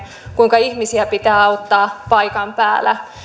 kuinka ihmisiä pitää auttaa paikan päällä